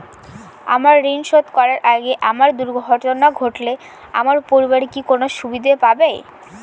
আমার ঋণ শোধ করার আগে আমার দুর্ঘটনা ঘটলে আমার পরিবার কি কোনো সুবিধে পাবে?